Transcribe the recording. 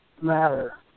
matter